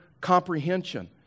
comprehension